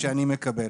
שאני מקבל.